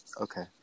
Okay